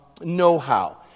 know-how